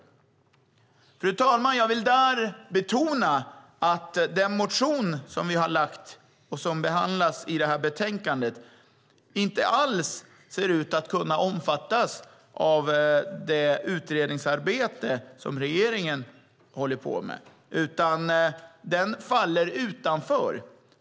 Fru talman! Jag vill betona att den motion som vi har lagt fram och som behandlas i betänkandet inte alls ser ut att kunna omfattas av det utredningsarbete som regeringen håller på med utan faller utanför.